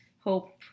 hope